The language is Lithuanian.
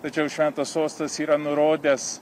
tačiau šventas sostas yra nurodęs